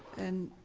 and